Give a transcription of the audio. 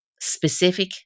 Specific